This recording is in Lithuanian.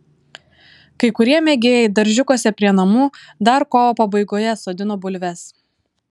kai kurie mėgėjai daržiukuose prie namų dar kovo pabaigoje sodino bulves